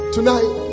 Tonight